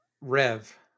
Rev